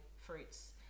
fruits